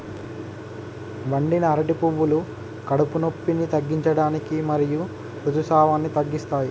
వండిన అరటి పువ్వులు కడుపు నొప్పిని తగ్గించడానికి మరియు ఋతుసావాన్ని తగ్గిస్తాయి